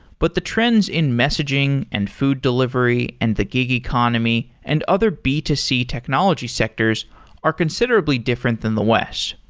but the trends in messaging, and food delivery, and the gig economy, and other b two c technology sectors are considerably different than the west.